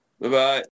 Bye-bye